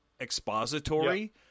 expository